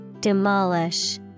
Demolish